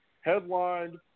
Headlined